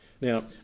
Now